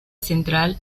central